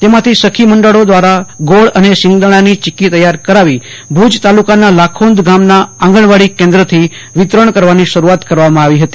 તેમાં થી સખો મંડળો દવારા ગોળ અને સિંગદાણાની ચિકકી તૈયાર કરાવી ભજ તાલુકાના લાખોદ ગામના આંગણવાડી કેન્દથી વિતરણ કરવાની શરૂઆત કરવામાં આવી હતી